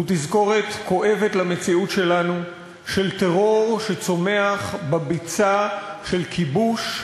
הוא תזכורת כואבת למציאות שלנו של טרור שצומח בביצה של כיבוש,